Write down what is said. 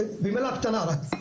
עוד מילה קטנה רק,